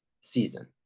season